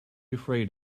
afraid